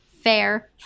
fair